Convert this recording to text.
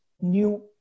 new